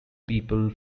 people